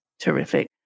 Terrific